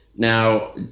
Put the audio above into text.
Now